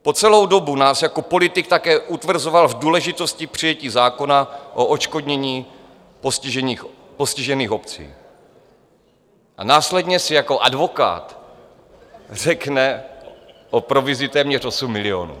Po celou dobu nás jako politik také utvrzoval v důležitosti přijetí zákona o odškodnění v postižených obcích a následně si jako advokát řekne o provizi téměř 8 milionů.